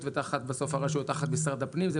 ובסוף, הרשויות הן תחת משרד הפנים.